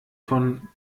von